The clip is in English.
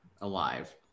alive